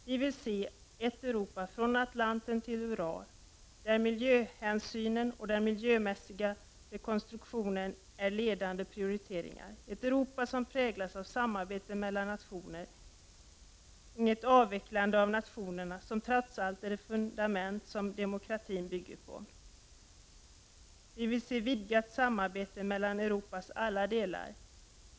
Vi vill se ett Europa från Atlanten till Ural där miljöhänsynen och den miljömässiga konstruktionen är ledande prioriteringar, ett Europa som präglas av samarbete mellan nationer — inget avvecklande av nationerna som trots allt är det fundament som demokratin bygger på. Vi vill se vidgat samarbete mellan Europas alla delar.